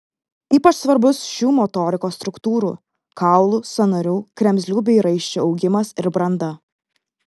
ypač svarbus šių motorikos struktūrų kaulų sąnarių kremzlių bei raiščių augimas ir branda